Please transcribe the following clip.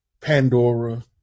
Pandora